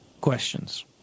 questions